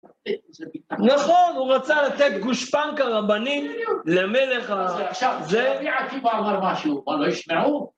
נכון, הוא רצה לתת גושפנקה רבנית למלך ה... עכשיו, רבי עקיבא אמר משהו פה? מה לא ישמעו?